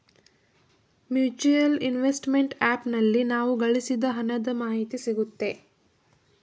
mutual investment app ನಲ್ಲಿ ನಾವು ಗಳಿಸಿದ ಹಣದ ಮಾಹಿತಿ ಸಿಗುತ್ತೆ